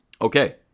Okay